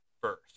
first